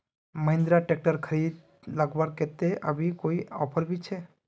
Mahindra tractor खरीद लगवार केते अभी कोई ऑफर भी छे?